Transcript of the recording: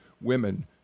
women